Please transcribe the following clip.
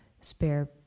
spare